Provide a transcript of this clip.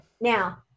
Now